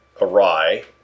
awry